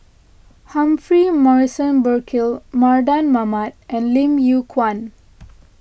Humphrey Morrison Burkill Mardan Mamat and Lim Yew Kuan